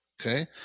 okay